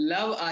Love